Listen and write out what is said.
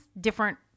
different